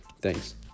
Thanks